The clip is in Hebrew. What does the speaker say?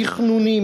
תכנוני,